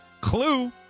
Clue